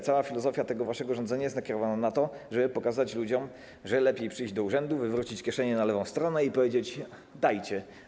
Cała filozofia tego waszego rządzenia jest nakierowana na to, żeby pokazać ludziom, że lepiej przyjść do urzędu, wywrócić kieszenie na lewą stronę i powiedzieć: Dajcie.